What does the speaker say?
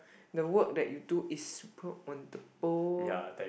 the work that you do is put on the bowl